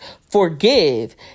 forgive